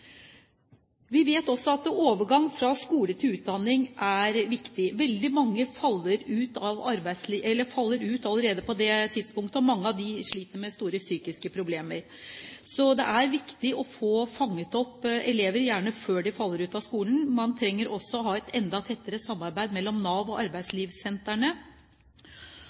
Vi vet også at overgangen fra skole til utdanning er viktig. Veldig mange faller ut av arbeidslivet allerede på det tidspunktet, og mange av dem sliter med store psykiske problemer. Så det er viktig å fange opp elever, gjerne før de faller ut av skolen. Man trenger også et enda tettere samarbeid mellom Nav og